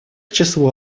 числу